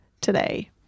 today